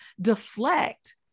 deflect